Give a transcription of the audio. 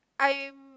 I'm